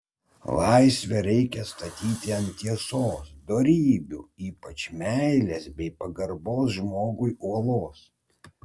laisvę reikia statyti ant tiesos dorybių ypač meilės bei pagarbos žmogui uolos